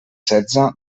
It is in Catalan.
setze